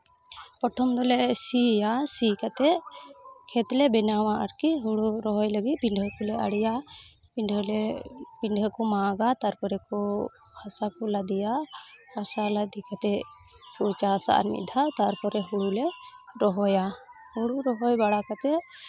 ᱯᱨᱚᱛᱷᱚᱢ ᱫᱚᱞᱮ ᱥᱤᱭᱟ ᱥᱤ ᱠᱟᱛᱮᱫ ᱠᱷᱮᱛ ᱞᱮ ᱵᱮᱱᱟᱣᱟ ᱟᱨᱠᱤ ᱦᱩᱲᱩ ᱨᱚᱦᱚᱭ ᱞᱟᱹᱜᱤᱫ ᱯᱤᱰᱷᱟᱹ ᱠᱚᱞᱮ ᱟᱬᱮᱭᱟ ᱯᱤᱰᱷᱟᱹ ᱞᱮ ᱯᱤᱰᱷᱟᱹ ᱠᱚ ᱢᱟᱜᱟ ᱛᱟᱨᱯᱚᱨᱮ ᱠᱚ ᱦᱟᱥᱟ ᱠᱚ ᱞᱟᱫᱮᱭᱟ ᱦᱟᱥᱟ ᱞᱟᱫᱮ ᱠᱟᱛᱮᱫ ᱠᱚ ᱪᱟᱥᱼᱟ ᱟᱨ ᱢᱤᱫ ᱫᱷᱟᱣ ᱛᱟᱨᱯᱚᱨᱮ ᱦᱩᱲᱩᱞᱮ ᱨᱚᱦᱚᱭᱟ ᱦᱩᱲᱩ ᱨᱚᱦᱚᱭ ᱵᱟᱲᱟ ᱠᱟᱛᱮᱫ